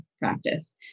practice